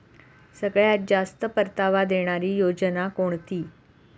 सगळ्यात जास्त परतावा देणारी योजना कोणती?